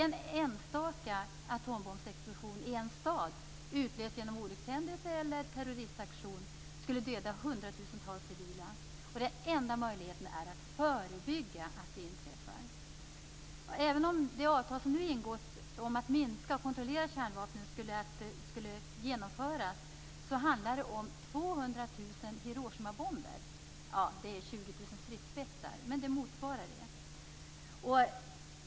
En enstaka atombomsexplosion i en stad - utlöst genom olyckshändelse eller terroristaktion - skulle döda hundratusentals civila. Den enda möjligheten är att förebygga att det inträffar. Även om de avtal som nu ingåtts om att minska och kontrollera kärnvapen kommer att genomföras handlar det om 200 000 Hiroshimabomber, vilket motsvarar 20 000 stridsspetsar.